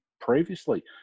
previously